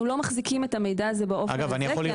אנחנו לא מחזיקים את המידע הזה באופן הזה,